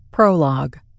Prologue